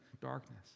darkness